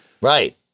Right